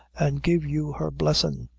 an' give you her blessin'.